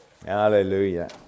Hallelujah